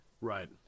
Right